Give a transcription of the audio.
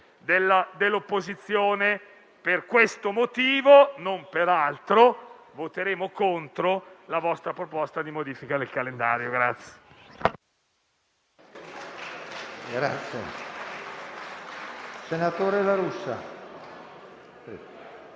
dell'opposizione. Per questo motivo, e non per altro, voteremo contro la proposta di modifica del calendario